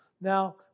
Now